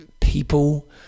people